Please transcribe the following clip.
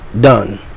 done